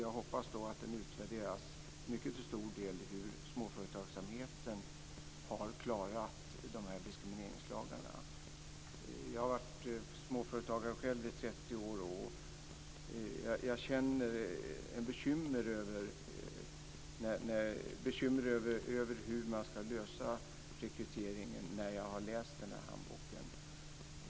Jag hoppas att den utvärderas mycket utifrån hur småföretagsamheten har klarat dessa diskrimineringslagar. Jag har själv varit småföretagare i 30 år, och jag känner bekymmer över hur man ska lösa rekryteringen när jag har läst handboken.